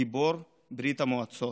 גיבור ברית המועצות.